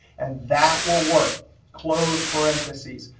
and that will work close parentheses,